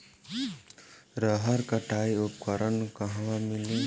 रहर कटाई उपकरण कहवा मिली?